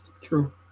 True